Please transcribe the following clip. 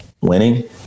winning